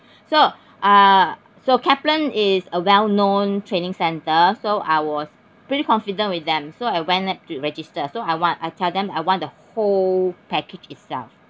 so uh so kaplan is a well known training centre so I was pretty confident with them so I went up to register so I want I tell them I want the whole package itself